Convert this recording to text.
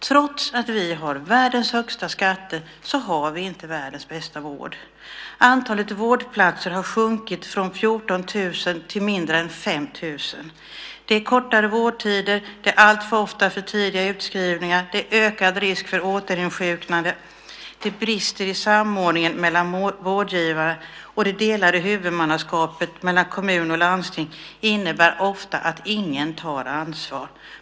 Trots att vi har världens högsta skatter har vi inte världens bästa vård. Antalet vårdplatser har sjunkit från 14 000 till mindre än 5 000. Det är kortare vårdtider, det är alltför ofta för tidiga utskrivningar, det är ökad risk för återinsjuknande, det är brister i samordningen mellan vårdgivarna, och det delade huvudmannaskapet mellan kommun och landsting innebär ofta att ingen tar ansvar.